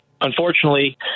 unfortunately